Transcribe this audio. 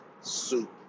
soup